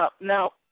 now